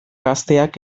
gazteak